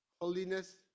holiness